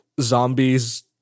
zombies